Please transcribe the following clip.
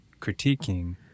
critiquing